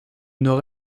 nord